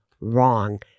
wrong